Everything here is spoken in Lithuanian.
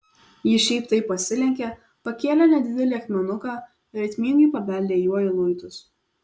ji šiaip taip pasilenkė pakėlė nedidelį akmenuką ritmingai pabeldė juo į luitus